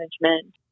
management